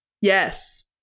Yes